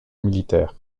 militaire